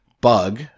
bug